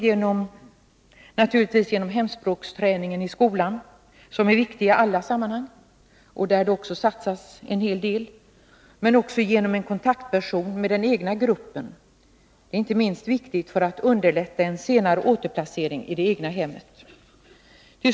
Det kan naturligtvis ske genom hemspråksträningen i skolan, som är viktig i alla sammanhang och där det också satsas en hel del, men också genom en kontaktperson med den egna gruppen — det är inte minst viktigt för att underlätta en senare återplacering i det egna hemmet.